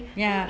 ya